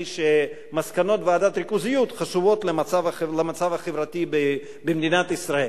שמסקנות ועדת הריכוזיות חשובות למצב החברתי במדינת ישראל.